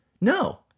No